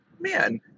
man